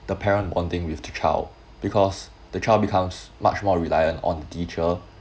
the parent bonding with the child because the child becomes much more reliant on teacher